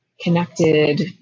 connected